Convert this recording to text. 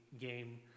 game